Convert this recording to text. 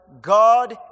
God